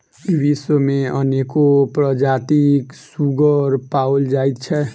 विश्व मे अनेको प्रजातिक सुग्गर पाओल जाइत छै